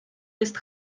jest